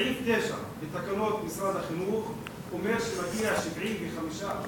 סעיף 9 בתקנות משרד החינוך אומר שמגיע 75%